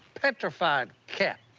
petrified cat.